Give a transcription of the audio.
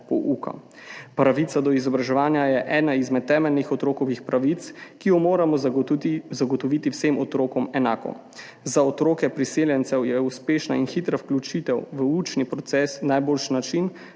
Pravica do izobraževanja je ena izmed temeljnih otrokovih pravic, ki jo moramo zagotoviti vsem otrokom enako. Za otroke priseljencev je uspešna in hitra vključitev v učni proces najboljši način,